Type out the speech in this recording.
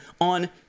on